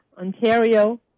Ontario